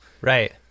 Right